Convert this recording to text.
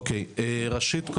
ראשית,